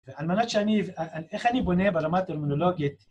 ועל מנת שאני… איך אני בונה ברמה הטרמינולוגית